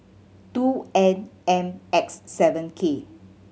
two N M X seven K